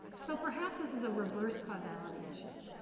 so perhaps this is a reverse causality issue.